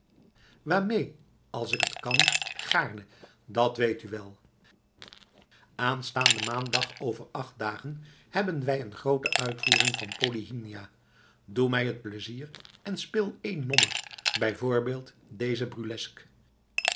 waarmee als ik t kan gaarne dat weet u wel aanstaanden maandag over acht dagen hebben wij een groote uitvoering van polyhymnia doe mij het pleizier en speel één nommer bij voorbeeld deze burlesque